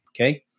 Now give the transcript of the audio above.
okay